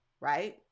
right